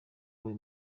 buri